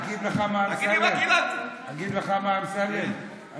אגיד לך מה, אמסלם, אגיד לך מה, אמסלם, כן.